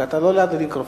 כי אתה לא ליד המיקרופון.